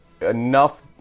enough